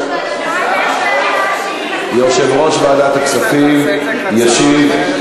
יושב-ראש ועדת הכספים ישיב.